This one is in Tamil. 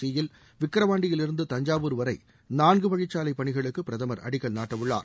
சி யில் விக்கிரவாண்டியிலிருந்து தஞ்சாவூர் வரை நான்குவழிச் சாலைப் பணிகளுக்கு பிரதமர் அடிக்கல் நாட்டவுள்ளார்